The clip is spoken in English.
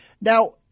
Now